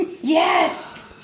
Yes